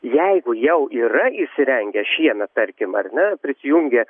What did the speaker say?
jeigu jau yra įsirengę šiemet tarkim ar ne prisijungia